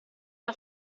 era